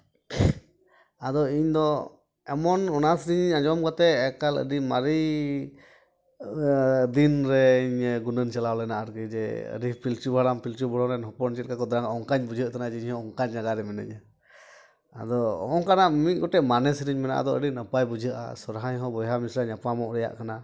ᱟᱫᱚ ᱤᱧ ᱫᱚ ᱮᱢᱚᱱ ᱚᱱᱟ ᱥᱤᱨᱤᱧ ᱟᱸᱡᱚᱢ ᱠᱟᱛᱮᱫ ᱮᱠᱟᱞ ᱟᱹᱰᱤ ᱢᱟᱨᱮ ᱫᱤᱱ ᱨᱮᱧ ᱜᱩᱱᱟᱹᱱ ᱪᱟᱞᱟᱣ ᱞᱮᱱᱟ ᱟᱨᱠᱤ ᱡᱮ ᱟᱹᱰᱤ ᱯᱤᱞᱪᱩ ᱦᱟᱲᱟᱢ ᱯᱤᱞᱪᱩ ᱵᱩᱲᱦᱤ ᱨᱮᱱ ᱦᱚᱯᱚᱱ ᱪᱮᱫᱞᱮᱠᱟ ᱠᱚ ᱛᱟᱦᱮᱱᱟ ᱚᱱᱠᱟᱧ ᱵᱩᱡᱷᱟᱹᱣᱮᱫ ᱛᱟᱦᱮᱱᱟ ᱡᱮ ᱤᱧ ᱦᱚᱸ ᱚᱠᱟ ᱡᱟᱭᱜᱟ ᱨᱮ ᱢᱤᱱᱟᱹᱧᱟ ᱟᱫᱚ ᱦᱚᱸᱜᱼᱚ ᱱᱚᱝᱠᱟᱱᱟᱜ ᱢᱤᱼᱢᱤᱫ ᱜᱚᱴᱮᱱ ᱢᱟᱱᱮ ᱥᱮᱨᱮᱧ ᱢᱮᱱᱟᱜᱼᱟ ᱟᱫᱚ ᱟᱹᱰᱤ ᱱᱟᱯᱟᱭ ᱵᱩᱡᱷᱟᱹᱜᱼᱟ ᱥᱚᱨᱦᱟᱭ ᱨᱮᱦᱚᱸ ᱵᱚᱭᱦᱟ ᱢᱤᱥᱨᱟ ᱧᱟᱯᱟᱢᱚᱜ ᱨᱮᱭᱟᱜ ᱠᱟᱱᱟ